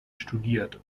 studiert